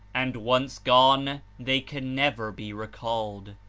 and once gone they can never be recalled.